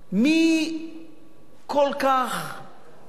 מי כל כך נלחץ,